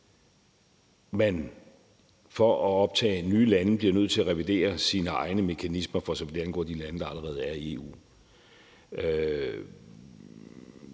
man for at kunne optage nye lande bliver nødt til at revidere sine egne mekanismer, for så vidt angår de lande, der allerede er i EU.